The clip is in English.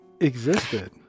existed